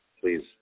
please